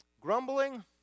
grumbling